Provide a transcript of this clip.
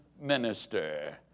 minister